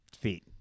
feet